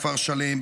כפר שלם,